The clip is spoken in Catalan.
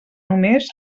només